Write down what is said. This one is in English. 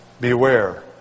Beware